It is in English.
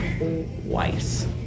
twice